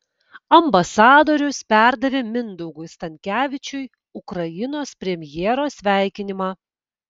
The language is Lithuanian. ambasadorius perdavė mindaugui stankevičiui ukrainos premjero sveikinimą